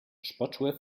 sportschuhe